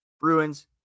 Bruins